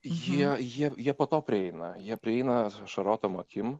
jie jie jie po to prieina jie prieina ašarotom akim